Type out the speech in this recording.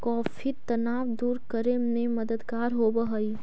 coffee तनाव दूर करे में मददगार होवऽ हई